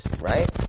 right